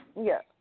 Yes